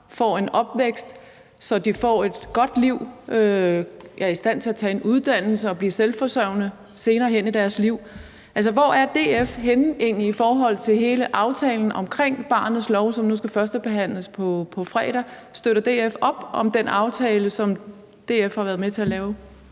får en opvækst, så de får et godt liv, er i stand til at tage en uddannelse og blive selvforsørgende senere hen i deres liv? Altså, hvor er DF egentlig henne i forhold til hele aftalen om forslag til barnets lov, som nu skal førstebehandles på fredag? Støtter DF op om den aftale, som DF har været med til at lave?